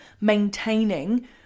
maintaining